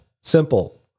Simple